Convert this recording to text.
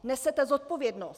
Nesete zodpovědnost!